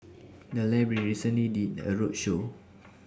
The Library recently did A roadshow